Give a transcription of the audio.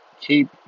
keep